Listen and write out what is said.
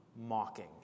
mocking